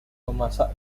memasak